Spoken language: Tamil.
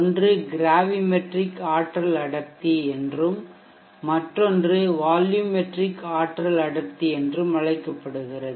ஒன்று கிராவிமெட்ரிக் ஆற்றல் அடர்த்தி என்றும் மற்றொன்று வால்யூமெட்ரிக் ஆற்றல் அடர்த்தி என்றும் அழைக்கப்படுகிறது